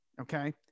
Okay